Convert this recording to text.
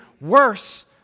worse